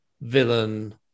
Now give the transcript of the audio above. villain